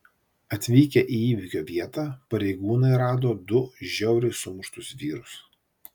atvykę į įvykio vietą pareigūnai rado du žiauriai sumuštus vyrus